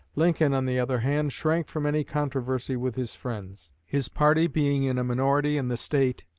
lincoln, on the other hand, shrank from any controversy with his friends. his party being in a minority in the state,